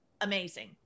amazing